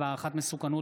והערכת מסוכנות,